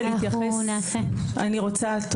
להלן תרגומם: אנחנו נעשה.) תודה.